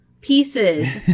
pieces